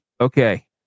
Okay